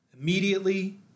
Immediately